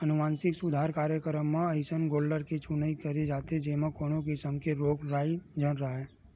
अनुवांसिक सुधार कार्यकरम म अइसन गोल्लर के चुनई करे जाथे जेमा कोनो किसम के रोग राई झन राहय